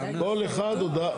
כל אחד הודעה.